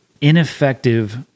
ineffective